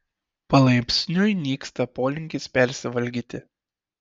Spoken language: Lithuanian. palaipsniui nyksta polinkis persivalgyti